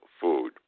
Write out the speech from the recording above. food